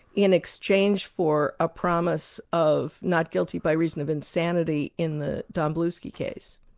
in exchange for a promise of not guilty by reason of insanity in the domblewski case.